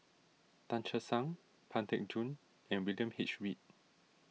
Tan Che Sang Pang Teck Joon and William H Read